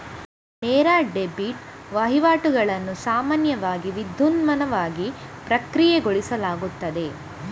ನೇರ ಡೆಬಿಟ್ ವಹಿವಾಟುಗಳನ್ನು ಸಾಮಾನ್ಯವಾಗಿ ವಿದ್ಯುನ್ಮಾನವಾಗಿ ಪ್ರಕ್ರಿಯೆಗೊಳಿಸಲಾಗುತ್ತದೆ